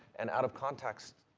and out of context,